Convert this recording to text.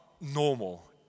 normal